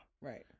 Right